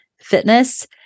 fitness